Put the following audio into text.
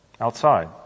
outside